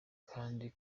kandi